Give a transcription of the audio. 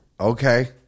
Okay